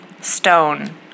stone